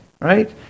right